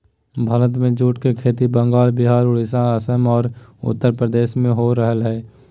भारत में जूट के खेती बंगाल, विहार, उड़ीसा, असम आर उत्तरप्रदेश में हो रहल हई